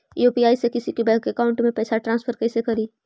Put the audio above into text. UPI से किसी के बैंक अकाउंट में पैसा कैसे ट्रांसफर करी?